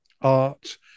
art